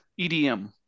EDM